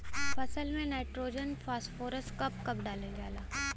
फसल में nitrogen phosphorus कब कब डालल जाला?